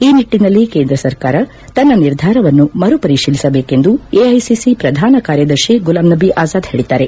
ಈ ನಿಟ್ಟನಲ್ಲಿ ಕೇಂದ್ರ ಸರ್ಕಾರ ತನ್ನ ನಿರ್ಧಾರವನ್ನು ಮರುಪರಿತೀಲಿಸಬೇಕೆಂದು ಎಐಸಿಸಿ ಪ್ರಧಾನ ಕಾರ್ಯದರ್ತಿ ಗುಲಾಂ ನಬಿ ಆಜಾದ್ ಹೇಳಿದ್ದಾರೆ